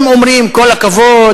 הם אומרים כל הכבוד,